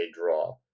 draw